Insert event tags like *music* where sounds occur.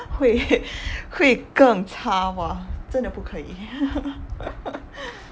会会更差 !wah! 真的不可以 *laughs*